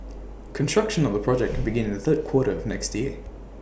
construction on the project could begin in the third quarter of next year